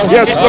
Yes